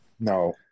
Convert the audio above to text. No